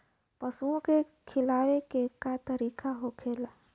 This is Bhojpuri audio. पशुओं के खिलावे के का तरीका होखेला?